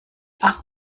ach